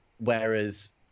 Whereas